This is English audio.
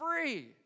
free